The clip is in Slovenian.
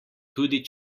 tudi